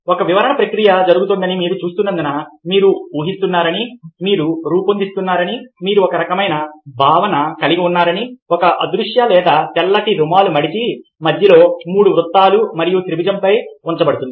ఒక వివరణ ప్రక్రియ జరుగుతోందని మీరు చూస్తున్నందున మీరు ఊహిస్తున్నారని మీరు రూపొందిస్తున్నారని మీరు ఒక రకమైన భావనను కలిగి ఉన్నారని ఒక అదృశ్య లేదా తెల్లటి రుమాలు మడిచి మధ్యలో మూడు వృత్తాలు మరియు త్రిభుజంపై ఉంచబడుతుంది